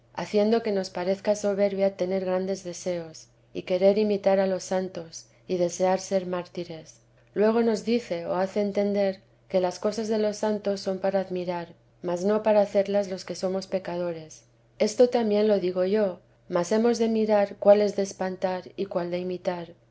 haciendo que nos parezca soberbia tener grandes deseos y querer imitar a los santos y desear ser mártires luego nos dice o hace entender que las cosas de los santos son para admirar mas no para hacerlas los que somos pecadores esto también lo digo yo mas hemos de mirar cuál es de espantar y cuál de imitar